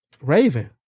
Raven